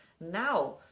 Now